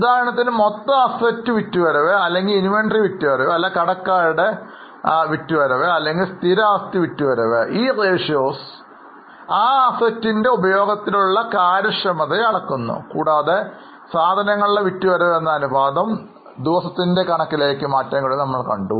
ഉദാഹരണത്തിന് മൊത്തം അസറ്റ് വിറ്റുവരവ് അല്ലെങ്കിൽ inventory വിറ്റുവരവ് അല്ലെങ്കിൽ കടക്കാരുടെ വിറ്റുവരവ് അല്ലെങ്കിൽ സ്ഥിര ആസ്തി വിറ്റുവരവ് ഈ അനുപാതങ്ങൾ ആ അസറ്റിന്റെ ഉപയോഗത്തിലെ കാര്യക്ഷമതയെ അളക്കുന്നു കൂടാതെ സാധനങ്ങളുടെ വിറ്റുവരവ് എന്ന അനുപാതം ദിവസത്തിൻറെ കണക്കിലേക്ക് മാറ്റാൻ കഴിയുമെന്ന് നമ്മൾ കണ്ടു